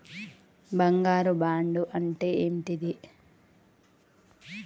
బంగారు బాండు అంటే ఏంటిది?